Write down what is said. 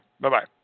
Bye-bye